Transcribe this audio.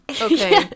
Okay